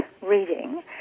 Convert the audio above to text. reading